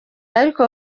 ariko